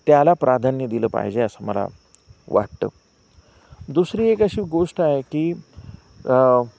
त्याला प्राधान्य दिलं पाहिजे असं मला वाटतं दुसरी एक अशी एक गोष्ट आहे की